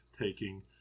taking